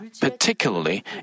particularly